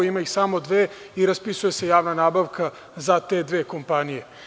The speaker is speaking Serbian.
Ima ih samo dve i raspisuje se javna nabavka za te dve kompanije.